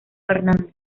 hernández